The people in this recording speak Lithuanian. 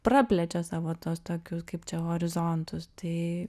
praplečia savo tuos tokius kaip čia horizontus tai